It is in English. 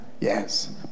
Yes